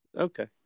Okay